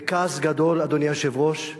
וכעס גדול, אדוני היושב-ראש,